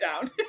down